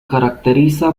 caracteriza